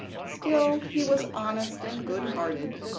still, he was honest and good-hearted,